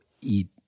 eat